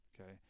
Okay